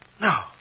No